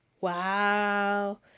Wow